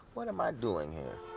what am i doing here?